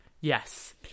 Yes